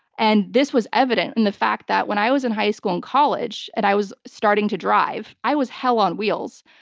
and this was evident in the fact that when i was in high school and college and i was starting to drive, i was hell on wheels.